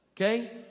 okay